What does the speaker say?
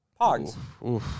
Pogs